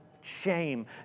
shame